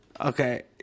Okay